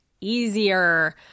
easier